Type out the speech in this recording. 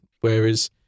Whereas